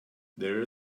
there